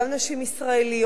גם נשים ישראליות,